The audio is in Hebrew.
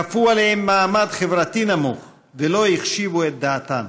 כפו עליהן מעמד חברתי נמוך ולא החשיבו את דעתן.